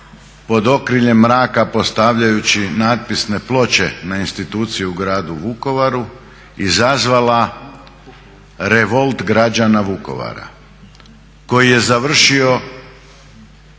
pod okriljem postavljajući natpisne ploče na institucije u Gradu Vukovara izazvala revolt građana Vukovara koji je završio